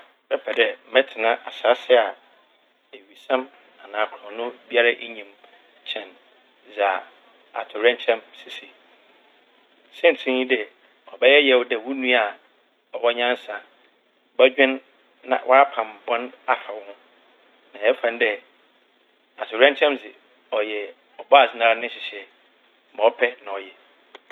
Mebɛpɛ dɛ mɛtsena asaase a ewisɛm anaa krɔno biara a nnyi mu kyɛn dza atowerɛnkyɛm sisi. Siantsir nye dɛ ɔbɛyɛ yaw dɛ wo nua a ɔwɔ nyansa bɔdwen na ɔapam bɔn afa woho. Na yɛfa no dɛ atowerɛnkyɛm dze ɔyɛ Ɔbɔadze nara ne nhyehyɛe ma ɔpɛ na ɔyɛ.